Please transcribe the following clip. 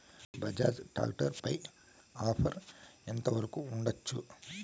Bajaj tractor పై offer ఎంత వరకు ఉండచ్చు?